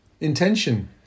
intention